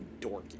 dorky